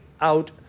out